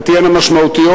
ותהיינה משמעותיות,